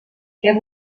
què